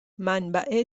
منبع